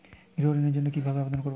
গৃহ ঋণ জন্য কি ভাবে আবেদন করব?